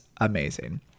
amazing